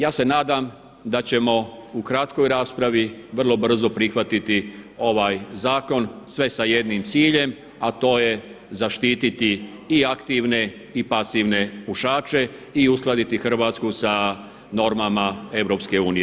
Ja se nadam da ćemo u kratkoj raspravi vrlo brzo prihvatiti ovaj zakon sve sa jednim ciljem a to je zaštiti i aktivne i pasivne pušaće i uskladiti Hrvatsku sa normama EU.